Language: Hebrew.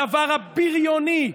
הדבר הבריוני,